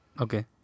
Okay